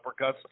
uppercuts